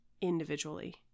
individually